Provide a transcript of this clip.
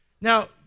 now